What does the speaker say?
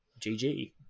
GG